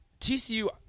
TCU